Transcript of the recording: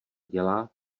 dělá